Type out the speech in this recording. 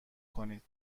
کنید